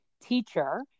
teacher